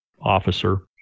officer